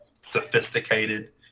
sophisticated